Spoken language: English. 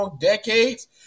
decades